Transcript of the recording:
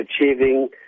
achieving